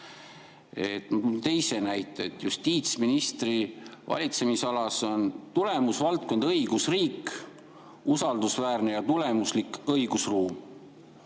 teise näite. Justiitsministri valitsemisalas on tulemusvaldkonna "Õigusriik" all usaldusväärse ja tulemusliku õigusruumi